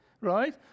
right